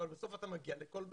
אבל בסוף אתה מגיע לכל בית.